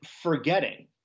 forgetting